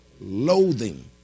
Loathing